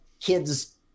kids